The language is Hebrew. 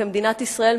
כמדינת ישראל,